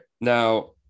now